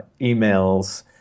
emails